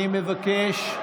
אני מבקש,